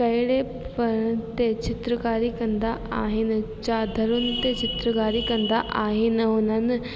अहिड़े पर्दे चित्रकारी कंदा आहिनि चादरुनि ते चित्रकारी कंदा आहिनि ऐं हुननि